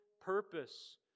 purpose